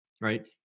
right